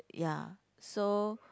ya so